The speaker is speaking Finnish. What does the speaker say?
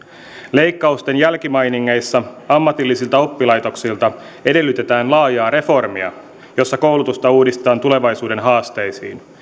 leikkausten jälkimainingeissa ammatillisilta oppilaitoksilta edellytetään laajaa reformia jossa koulutusta uudistetaan tulevaisuuden haasteisiin